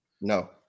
No